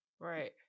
Right